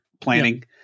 planning